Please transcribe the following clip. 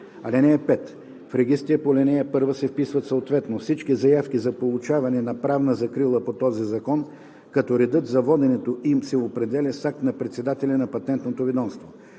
закон. (5) В регистрите по ал. 1 се вписват съответно всички заявки за получаване на правна закрила по този закон, като редът за воденето им се определя с акт на председателя на Патентното ведомство.